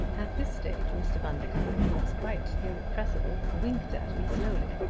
at this stage, mr. bundercombe, who was quite irrepressible, winked at me slowly.